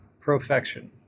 perfection